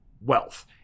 wealth